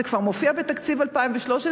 זה כבר מופיע בתקציב 2013,